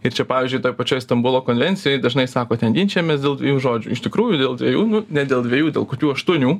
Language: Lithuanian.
ir čia pavyzdžiui toj pačioj stambulo konvencijoj dažnai sako ten ginčijamės dėl dviejų žodžių iš tikrųjų dėl dviejų nu ne dėl dviejų dėl kokių aštuonių